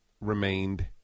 remained